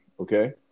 Okay